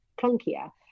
clunkier